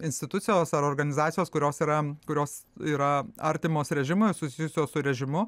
institucijos ar organizacijos kurios yra kurios yra artimos režimui susijusios su režimu